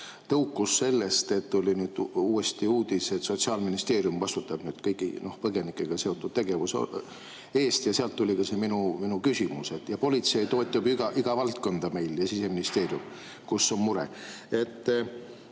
tõukus sellest, et nüüd tuli uuesti uudis, et Sotsiaalministeerium vastutab kõigi põgenikega seotud tegevuste eest. Sealt tuli ka minu küsimus. Ja politsei toetab ju igat valdkonda meil ja Siseministeerium, kus on mure. Sealt